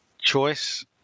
choice